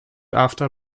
after